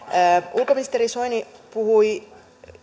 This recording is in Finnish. ulkoministeri soini puhui